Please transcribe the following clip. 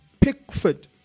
Pickford